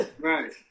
Right